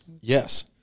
Yes